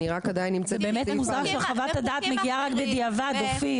אני רק עדיין נמצאת -- באמת מוזר של חוות הדעת מגיעה רק בדיעבד אופיר,